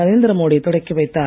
நரேந்திரமோடி தொடக்கி வைத்தார்